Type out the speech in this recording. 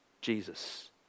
Jesus